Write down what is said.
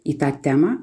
į tą temą